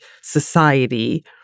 society